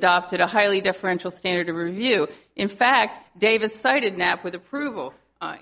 adopted a highly deferential standard of review in fact davis cited knapp with approval